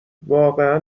واقعا